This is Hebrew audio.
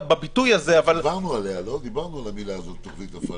אחזור על מה שאמרתי בישיבה הקודמת.